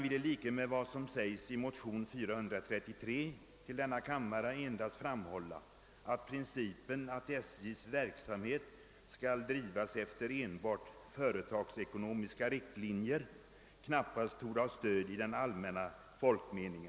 I likhet med vad som sägs i motion II: 433 vill jag endast framhålla att principen att SJ:s verksamhet skall drivas efter enbart företagsekonomiska riktlinjer knappast torde ha stöd i en allmän folkmening.